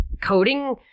coding